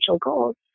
goals